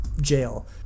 jail